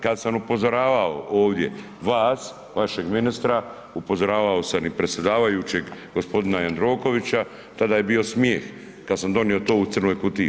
Kad sam upozoravao ovdje vas, vašeg ministra, upozoravao sam i predsjedavajućeg gospodina Jandrokovića tada je bio smijeh, kad sam donio to u crnoj kutiji.